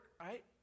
right